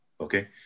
Okay